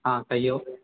हँ कहियौ